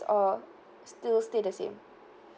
or still stay the same